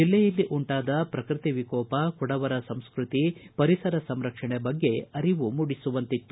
ಜಿಲ್ಲೆಯಲ್ಲಿ ಉಂಟಾದ ಪ್ರಕೃತಿ ವಿಕೋಪ ಕೊಡವರ ಸಂಸ್ಟ್ರತಿ ಪರಿಸರ ಸಂರಕ್ಷಣೆ ಬಗ್ಗೆ ಅರಿವು ಮೂಡಿಸುವಂತಿತ್ತು